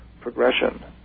progression